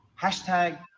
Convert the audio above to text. Hashtag